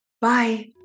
Bye